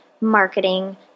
marketing